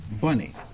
bunny